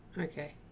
Okay